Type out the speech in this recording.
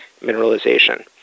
mineralization